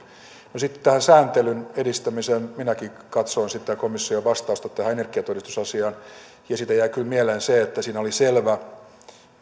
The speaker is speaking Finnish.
tähän sääntelyn edistämiseen minäkin katsoin sitä komission vastausta tähän energiatodistusasiaan ja siitä jäi kyllä mieleen se että siinä oli selvä